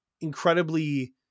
incredibly